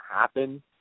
happen